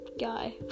guy